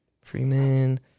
Freeman